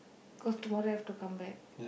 cause tomorrow have to come back